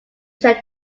said